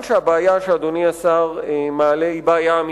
שהבעיה שאדוני השר מעלה היא בעיה אמיתית,